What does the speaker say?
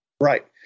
Right